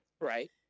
right